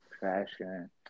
fashion